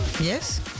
Yes